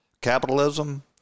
capitalism